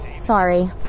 sorry